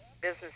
business